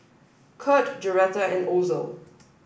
Curt Joretta and Ozell